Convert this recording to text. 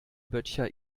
böttcher